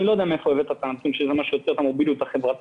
אני לא יודע מאיפה הבאת את הנתון שזה מה שיוצר את המוביליות החברתית,